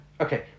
Okay